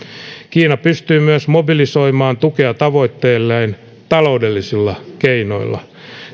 kiina pystyy myös mobilisoimaan tukea tavoitteilleen taloudellisilla keinoilla